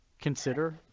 consider